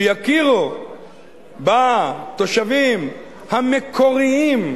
שיכירו בתושבים המקוריים,